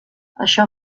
això